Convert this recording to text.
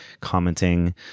commenting